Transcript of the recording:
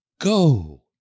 go